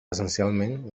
essencialment